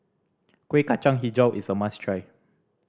Kueh Kacang Hijau is a must try